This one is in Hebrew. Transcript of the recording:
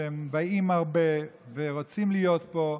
ושהם באים הרבה ורוצים להיות פה,